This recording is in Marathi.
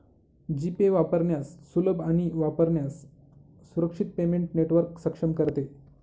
जी पे वापरण्यास सुलभ आणि वापरण्यास सुरक्षित पेमेंट नेटवर्क सक्षम करते